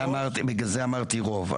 לכן אמרתי "רוב".